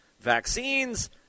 vaccines